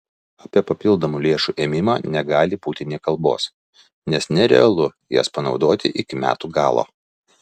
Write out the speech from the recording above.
apie papildomų lėšų ėmimą negali būti nė kalbos nes nerealu jas panaudoti iki metų galo